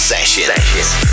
Sessions